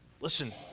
Listen